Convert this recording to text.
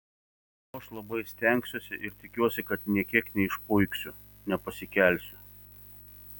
o aš labai stengsiuosi ir tikiuosi kad nė kiek neišpuiksiu nepasikelsiu